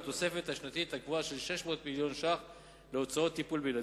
התוספת השנתית הקבועה של 600 מיליון ש"ח להוצאות טיפול בילדים.